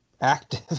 active